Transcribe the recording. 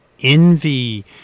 envy